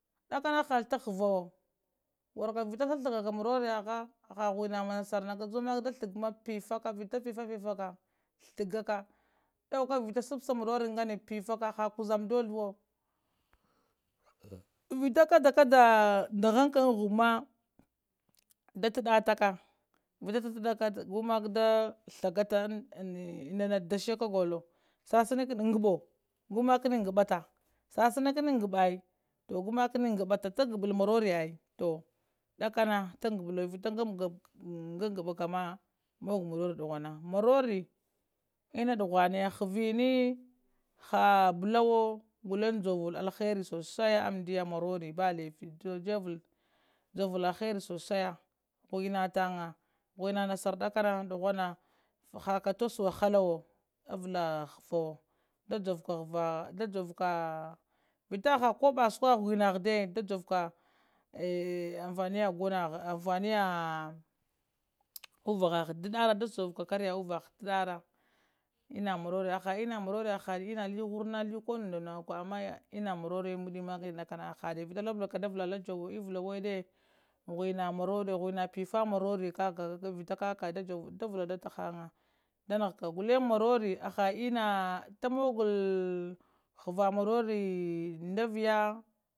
Dakona hall tahavawo warka tha thagaka marariyaha aha ghui na nassar kajuwa makkapiffaka dauka vitas shapsa marori nganed piffaka ha kuzamma dothowol vita kadakada ndaghanka an muhuɓɓ m da tadataka vita tatadaka guma da thaga nana dasa kagollowo ngaɓɓo gumakin ngabbata shashanikini ngaɓɓowo ngaɓɓowo ai toh gumakni ngaɓɓata taggaɓɓal marori ai toh dakana ngaɓɓal marori vita ngangaka ma mug marori duhuna marori enna ɗuhuna ya havini ha ɓallowo gullena jovvlowo alheri sosai amɗiya marori ba laifi no jovul jovvlowo alheri sosaiya ghumatan ga ghuina nassara dakkana duhura a hakka tosowo wahalawo avalla havahawo da jovka hava da jovvka vita aha kobo enna sukawa huini ha dai da jovvka da jovvkak anfaniya gonaha anfaniya uvaha ha ɗaɗara ɗa javvka kariya uvaha ɗarraha enna marori aha enna li warrna li koh nda nuwo kam yadd kam enna marori tadmaɗi makkani ɗakkana ahade vita lablablaka da valla allah jawwo awed villa weɗɗe ghiwina marori ghiwina phiffa marori kavikaka da vakadata da nahgaka gullen marori aha enna tamugal thadaval marori ndaviya